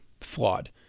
flawed